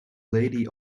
lady